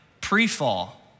pre-fall